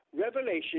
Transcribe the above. Revelation